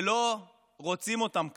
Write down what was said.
שלא רוצים אותם כאן.